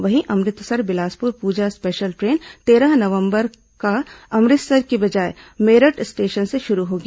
वहीं Amritsar Bilaspur Puja special train तेरह नवंबर का अमृतसर की बजाय मेरठ स्टेशन से शुरू होगी